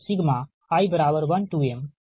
यह समीकरण 52 है